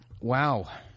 Wow